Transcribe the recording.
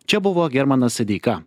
čia buvo hermanas sadeika